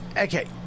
okay